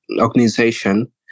organization